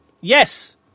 Yes